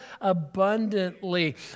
abundantly